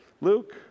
Luke